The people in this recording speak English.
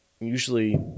usually